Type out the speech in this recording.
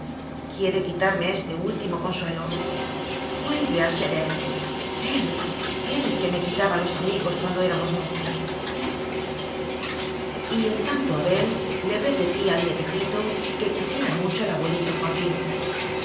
quiere quitarme este último consuelo vuel ve a ser él él él que me quitaba los amigos cuando éramos mozos y en tanto abel le repetía al nietecito que quisiera mucho al abuelito joaquín